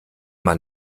man